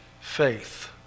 faith